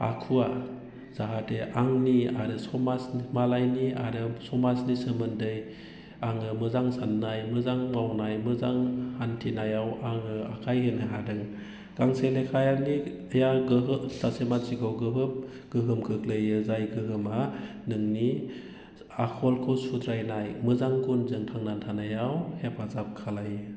आखुआ जाहाथे आंनि आरो समाज मालायनि आरो समाजनि सोमोन्दै आङो मोजां साननाय मोजां मावनाय मोजां हान्थिनायाव आङो आखाइ होनो हादों गांसे लेखाया जि सासे मानसिखौ बहुत गोहोम खोख्लैयो जाय गोहोमा नोंनि आखलखौ सुद्रायनाय मोजां गुनजों थांनानै थानायाव हेफाजाब खालामो